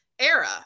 era